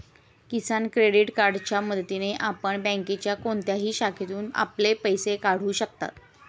किसान credit कार्डच्या मदतीने आपण बँकेच्या कोणत्याही शाखेतून आपले पैसे काढू शकता